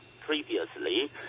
previously